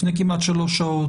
לפני כמעט שלוש שעות,